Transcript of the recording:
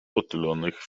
otulonych